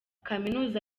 kaminuza